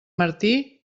martí